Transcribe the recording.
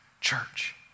Church